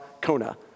Kona